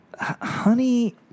honey